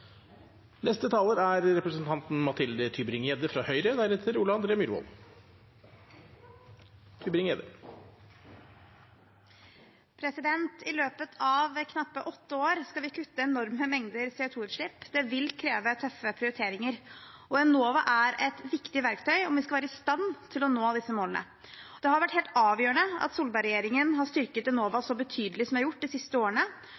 I løpet av knappe åtte år skal vi kutte enorme mengder CO 2 -utslipp. Det vil kreve tøffe prioriteringer. Enova er et viktig verktøy om vi skal være i stand til å nå disse målene. Det har vært helt avgjørende at Solberg-regjeringen har styrket Enova så betydelig som vi har gjort de siste årene,